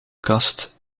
kast